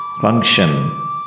function